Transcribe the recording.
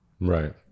Right